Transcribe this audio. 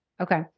Okay